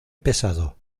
pesado